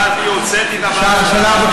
התחלתי, הוצאתי את הוועדות.